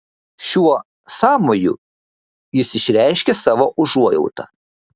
šiuo sąmoju jis išreiškė savo užuojautą